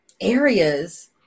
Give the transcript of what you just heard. areas